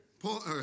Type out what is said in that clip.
Paul